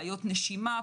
בעיות נשימה,